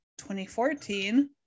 2014